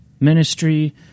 ministry